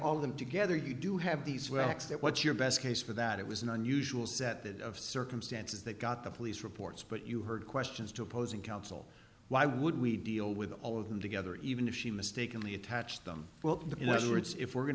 all of them together you do have these well acts that what's your best case for that it was an unusual set of circumstances that got the police reports but you heard questions two opposing counsel why would we deal with all of them together even if she mistakenly attached them well in other words if we're going